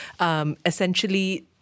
Essentially